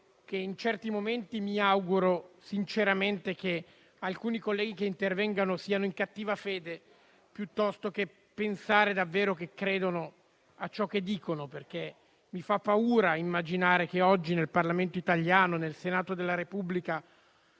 ore, anche se mi auguro sinceramente che alcuni colleghi intervenuti siano in cattiva fede, piuttosto che pensare che credano davvero a ciò che dicono. Mi fa paura immaginare che oggi nel Parlamento italiano, nel Senato della Repubblica,